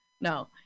No